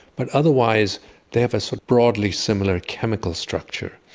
but otherwise they have a so broadly similar chemical structure.